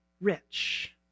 rich